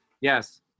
yes